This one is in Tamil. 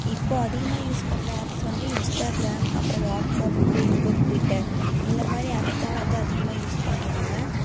இப்போ அதிகமா யூஸ் பண்ணுற ஆப்ஸ் வந்து இன்ஸ்ட்டாகிராம் அப்புறம் வாட்ஸ்அப் ஃபேஸ்புக் ட்விட்டர் இந்த மாதிரி ஆப்ஸ் தான் வந்து அதிகமாக யூஸ் பண்ணுறாங்க